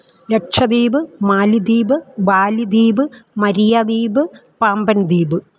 ലക്ഷദ്വീപ് മാലിദ്വീപ് ബാലിദ്വീപ് മരിയാദ്വീപ് പാമ്പന്ദ്വീപ്